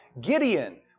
Gideon